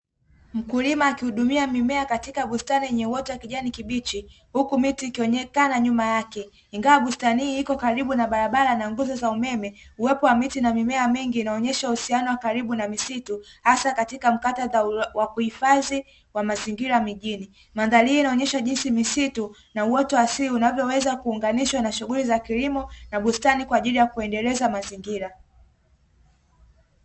Mkulima akihudumia mimea katika bustani yenye uoto wa kijani kibichi, huku miti ikionekana nyuma yake. Ingawa bustani hii iko karibu na barabara na nguzo za umeme, uwepo wa miti na mimea mingi inaonyesha uhusiano wa karibu na misitu hasa katika mkata wa uhifadhi wa mazingira mijini. Madhari hii inaonyesha jinsi misitu na uoto wa asili, unavyoweza kuunganishwa na shughuli za kilimo na bustani kwa ajili ya kuendeleza mazingira.